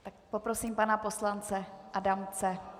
Tak poprosím pana poslance Adamce.